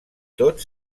tot